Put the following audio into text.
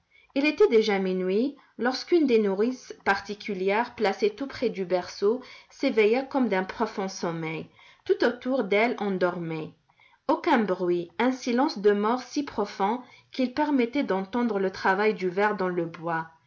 il était déjà minuit lorsqu'une des nourrices particulières placée tout près du berceau s'éveilla comme d'un profond sommeil tout autour d'elle on dormait aucun bruit un silence de mort si profond qu'il permettait d'entendre le travail du ver dans le bois